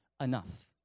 enough